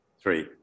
Three